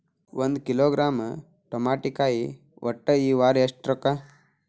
ಒಂದ್ ಕಿಲೋಗ್ರಾಂ ತಮಾಟಿಕಾಯಿ ಒಟ್ಟ ಈ ವಾರ ಎಷ್ಟ ರೊಕ್ಕಾ?